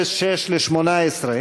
06 ל-2018,